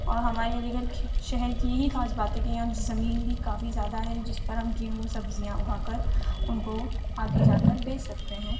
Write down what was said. اور ہمارے علی گڑھ شہر کی یہی خاص بات ہے کہ یہاں زمین بھی کافی زیادہ ہے جس پر ہم گیہوں سبزیاں اُگا کر اُن کو آگے جا کر بیچ سکتے ہیں